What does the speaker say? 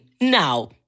Now